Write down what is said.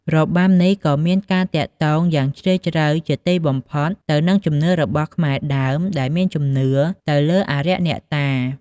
របាំនេះ ក៏មានការទាក់ទងយ៉ាងជ្រាលជ្រៅជាទីបំផុតទៅនឹងជំនឿរបស់ខ្មែរដើមដែលមានជំនឿទៅលើអារក្ស អ្នកតា។